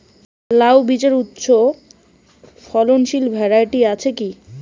লাউ বীজের উচ্চ ফলনশীল ভ্যারাইটি আছে কী?